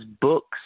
books